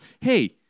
hey